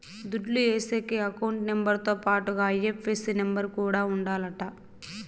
దుడ్లు ఏసేకి account number తో పాటుగా ఐ.ఎఫ్.ఎస్.సి నెంబర్ కూడా ఉండాలంట